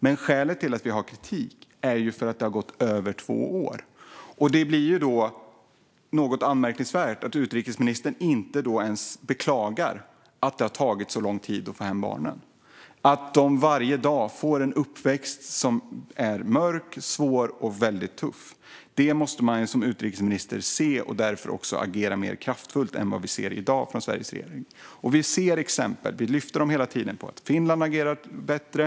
Men skälet till att vi har kritik är att det har gått över två år. Det är något anmärkningsvärt att utrikesministern då inte ens beklagar att det har tagit så lång tid att få hem barnen och att de varje dag får en uppväxt som är mörk, svår och väldigt tuff. Detta måste man som utrikesminister se, och man måste därför agera mer kraftfullt än vi ser Sveriges regering göra i dag. Vi ser och lyfter hela tiden exempel på att Finland agerar bättre.